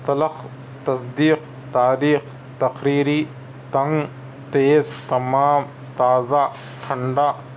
تلق تصدیق تاریخ تقریری تنگ تیز تمام تازہ ٹھنڈا